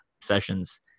sessions